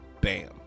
Bam